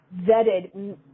vetted